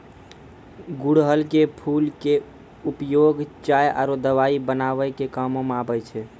गुड़हल के फूल के उपयोग चाय आरो दवाई बनाय के कामों म आबै छै